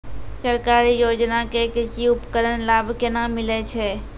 सरकारी योजना के कृषि उपकरण लाभ केना मिलै छै?